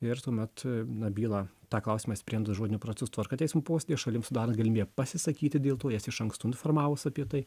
ir tuomet na bylą tą klausimą išsprendus žodinio proceso tvarka teismo posėdy šalims sudarant galimybę pasisakyti dėl to jas iš anksto informavus apie tai